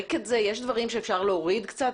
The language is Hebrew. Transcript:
להוריד קצת?